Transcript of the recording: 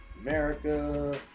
America